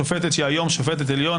שופטת שהיא היום שופטת עליון,